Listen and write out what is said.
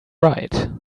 right